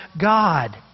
God